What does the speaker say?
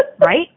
right